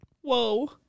whoa